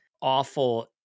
awful